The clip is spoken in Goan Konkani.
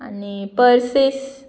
आनी पर्सीस